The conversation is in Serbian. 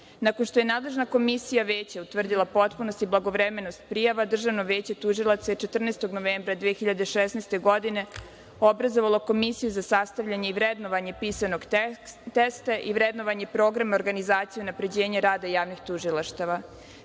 što je nadležna komisija Veća utvrdila potpunost i blagovremenost prijava Državno veće tužilaštva je 14. novembra 2016. godine obrazovalo Komisiju za sastavljanje i vrednovanje pisanog testa i vrednovanje programa organizacija i unapređenje rada javnih tužilaštava.